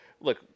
Look